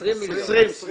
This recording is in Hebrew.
20 מיליון.